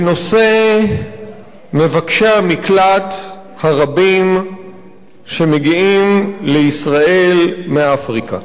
בנושא מבקשי המקלט הרבים שמגיעים לישראל מאפריקה.